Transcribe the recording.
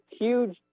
huge